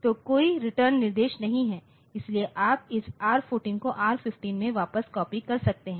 तो कोई रिटर्न निर्देश नहीं है इसलिए आप इस R14 को R15 में वापस कॉपी कर सकते हैं